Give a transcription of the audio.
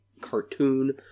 cartoon